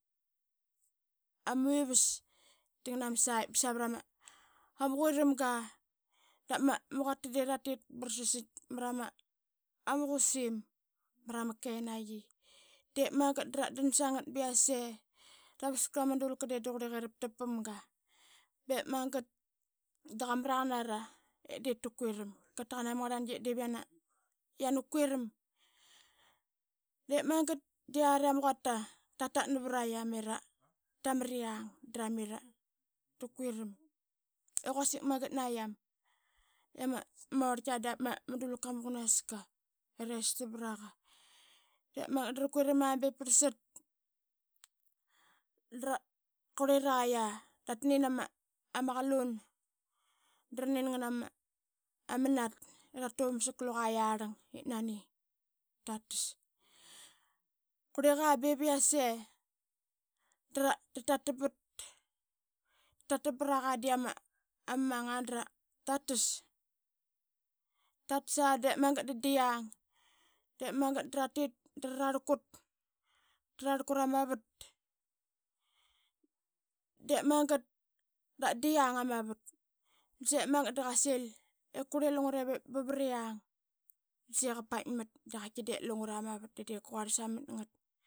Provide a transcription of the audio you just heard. Wivas dangna ma sai savrama ama quiramga dap ma quata de ratit bra saisai mrama qusim mrama kenaqi. De magat drat dan sangat ba yase, dap askrl ama dulka de da qurliqe raptap pamga bep magat da qamraqan ara ip diip ta kuram. Qataqam ama ngrlnangi diip yana, yana kuram de magat da yari ama quata tatat navrayam i ratriang drami ra kuram i quasik magat na yam. I ama orltkia da ma dulka ma qunaska i restam vraqa de magat dra kurama ba vrlsat da qurlira ya da tanin ama qalun da ranin ngnama nat i ratuvam sak luqa yarlang i nani ratas. Kurliqa bev iase dratatambat, tatatambraqa de ama manga darats. Tatsa de magat da diang de magat dratit dra rarlkut. Trarlkut ama vat, de magat dap diang ama vat, da saqi ip magat da qasil ip qurli lungra ip priang da saiqi qa paitmat de qaitki de lungra ama vat de diip ka quarl samat ngat.